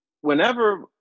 Whenever